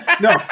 No